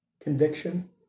conviction